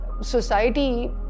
Society